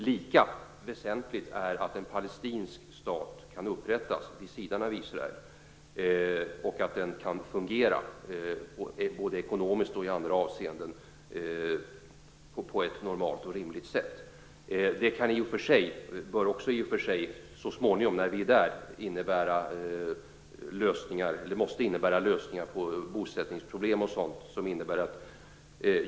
Lika väsentligt är att en palestinsk stat kan upprättas vid sidan av Israel och att den kan fungera, både ekonomiskt och i andra avseenden, på ett normalt och rimligt sätt. Det måste också i och för sig, så småningom när vi är där, innebära lösningar på bosättningsproblem och sådant.